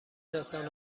رسانه